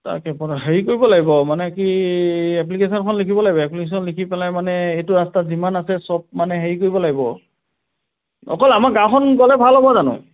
তাকেই হেৰি কৰিব লাগিব মানে কি এপ্লিকেশ্যনখন লিখিব লাগিব এপ্লিকেশ্যন লিখি পেলাই মানে এইটো ৰাস্তা যিমান আছে চব মানে হেৰি কৰিব লাগিব অকল আমাৰ গাঁওখন গ'লে ভাল হ'ব জানো